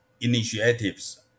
initiatives